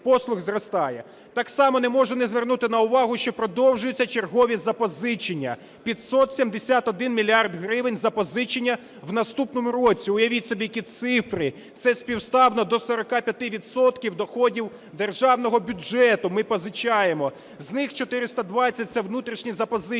Так само не можу не звернути увагу, що продовжуються чергові запозичення – 571 мільярд гривень запозичення в наступному році. Уявіть собі, які цифри. Це співставно до 45 відсотків доходів державного бюджету ми позичаємо. З них 420 – це внутрішні запозичення.